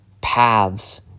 paths